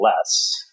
less